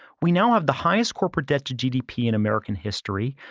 we now have the highest corporate debt to gdp in american history.